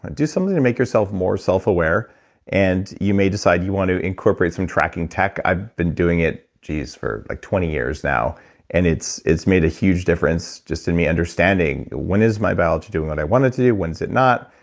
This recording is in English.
do something to make yourself more self-aware and you may decide you want to incorporate some tracking tech, i've been doing it, geez, for like twenty years now and it's it's made a huge difference just in me understanding, when is my biology doing what i want it to do, when's it not,